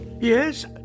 Yes